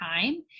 time